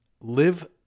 live